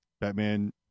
Batman